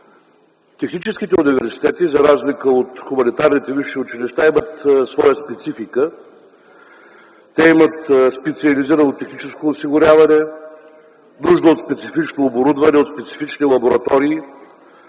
техническите университети за разлика от хуманитарните висши училища имат своя специфика. Те имат специализирано техническо осигуряване, нужда от специфично оборудване, нужда от специфични лаборатории,